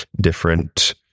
different